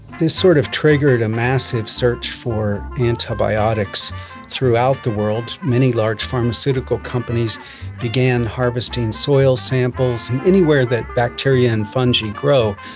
this sort of triggered a massive search for antibiotics throughout the world. many large pharmaceutical companies began harvesting soil samples. anywhere that bacteria and fungi grow,